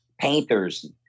painters